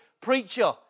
preacher